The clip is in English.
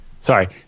Sorry